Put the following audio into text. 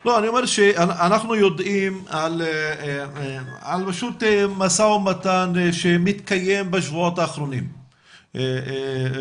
אנחנו יודעים על משא ומתן שמתקיים בשבועות האחרונים וגם